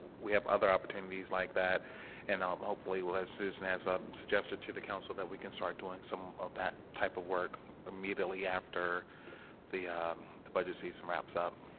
we have other opportunities like that and um hopefully well as susan has ah suggested to the council that we can start doing some of that type of work immediately after the the budget season wraps up